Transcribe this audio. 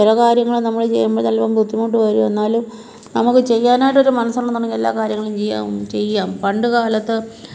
ചില കാര്യങ്ങളും നമ്മൾ ചെയ്യുമ്പം ചിലപ്പം ബുദ്ധിമുട്ട് വരും എന്നാലും നമുക്ക് ചെയ്യാനായിട്ട് ഒരു മനസ്സുണ്ടെന്നുണ്ടെങ്കിൽ എല്ലാ കാര്യങ്ങളും ചെയ്യാം ചെയ്യാം പണ്ട് കാലത്ത്